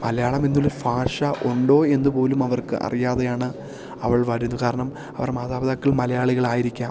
മലയാളം എന്നുള്ള ഭാഷ ഉണ്ടോ എന്ന് പോലും അവർക്ക് അറിയാതെയാണ് അവൾ വരുന്നത് കാരണം അവർ മാതാപിതാക്കൾ മലയാളികളായിരിക്കാം